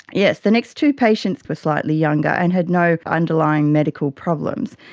yes, the next two patients were slightly younger and had no underlying medical problems.